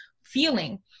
feeling